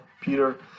Peter